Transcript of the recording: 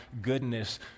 goodness